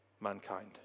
mankind